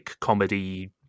comedy